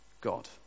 God